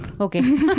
Okay